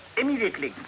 Immediately